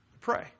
Pray